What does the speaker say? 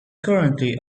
currently